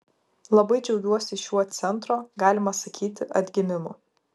labai džiaugiuosi šiuo centro galima sakyti atgimimu